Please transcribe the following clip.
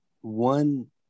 one